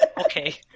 Okay